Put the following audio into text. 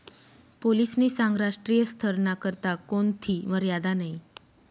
पोलीसनी सांगं राष्ट्रीय स्तरना करता कोणथी मर्यादा नयी